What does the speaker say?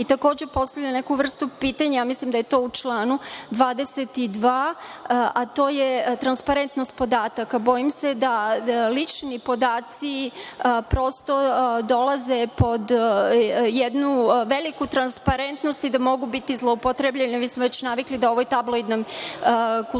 i takođe postavlja neku vrstu pitanja, a mislim da je to u članu 22, a to je transparentnost podataka. Bojim se da lični podaci dolaze pod jednu veliku transparentnost i da mogu biti zloupotrebljeni. Mi smo već navikli da u ovoj tabloidnoj kulturi